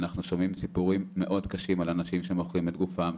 אנחנו שומעים סיפורים מאוד קשים על אנשים שמוכרים את גופם,